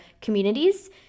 communities